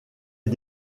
est